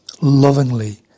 lovingly